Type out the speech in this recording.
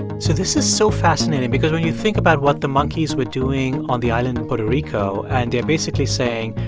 so this is so fascinating because when you think about what the monkeys were doing on the island in and puerto rico and they're basically saying,